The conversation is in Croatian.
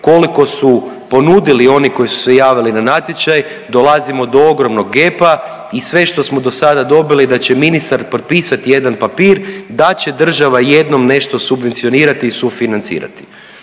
koliko su ponudili oni koji su se javili na natječaj dolazimo do ogromnog gepa i sve što smo dosada dobili da će ministar potpisati jedan papir da će država jednom nešto subvencionirati i sufinancirati.